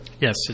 Yes